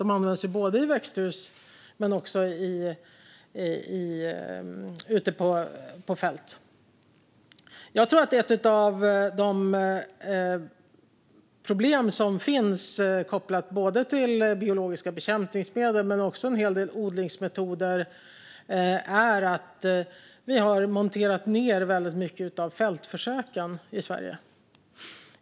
De används både i växthus och ute på fält. Jag tror att ett av de problem som finns, kopplat till både biologiska bekämpningsmedel och en hel del odlingsmetoder, är att vi har monterat ned väldigt mycket av fältförsöken i Sverige.